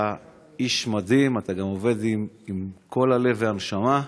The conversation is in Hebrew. אתה איש מדהים, אתה גם עובד עם כל הלב והנשמה,